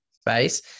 space